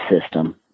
system